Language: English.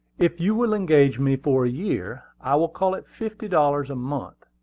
if you will engage me for a year, i will call it fifty dollars a month,